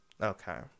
Okay